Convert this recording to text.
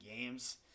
games